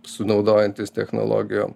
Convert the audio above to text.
su naudojantis technologijom